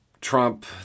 Trump